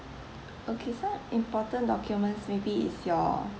okay so important documents maybe it's your